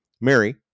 Mary